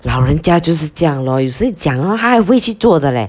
老人家就是这样 lor 有时你讲 hor 他还会去做的 leh